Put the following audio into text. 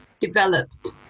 developed